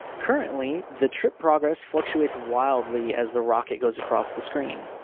currently, the trip progress fluctuates wildly as the rocket goes across the screen.